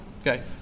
Okay